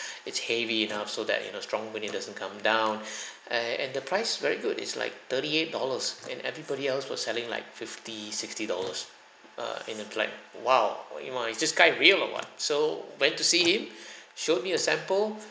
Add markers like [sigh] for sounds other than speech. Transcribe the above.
[breath] it's heavy enough so that you know strong wind it doesn't come down [breath] err and the price very good it's like thirty-eight dollars and everybody else were selling like fifty sixty dollars err and it's like !wow! or you know is this guy real or what so went to see him [breath] showed me a sample